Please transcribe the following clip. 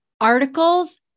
articles